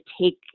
take